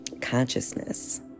consciousness